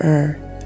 Earth